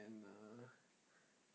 err